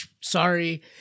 sorry